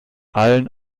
allen